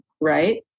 right